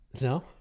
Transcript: No